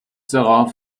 darauf